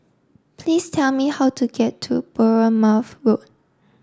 please tell me how to get to Bournemouth Road